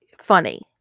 funny